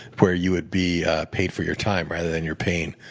where you would be paid for your time rather than your pain.